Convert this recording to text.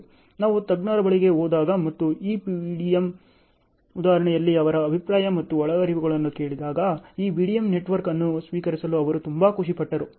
ನಾವು ತಜ್ಞರ ಬಳಿಗೆ ಹೋದಾಗ ಮತ್ತು ಈ BDM ಉದಾಹರಣೆಯಲ್ಲಿ ಅವರ ಅಭಿಪ್ರಾಯ ಮತ್ತು ಒಳಹರಿವುಗಳನ್ನು ಕೇಳಿದಾಗ ಈ BDM ನೆಟ್ವರ್ಕ್ ಅನ್ನು ಸ್ವೀಕರಿಸಲು ಅವರು ತುಂಬಾ ಸಂತೋಷಪಟ್ಟರು